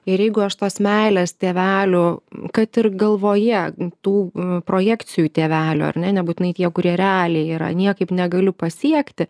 ir jeigu aš tos meilės tėvelių kad ir galvoje tų projekcijų tėvelių ar ne nebūtinai tie kurie realiai yra niekaip negaliu pasiekti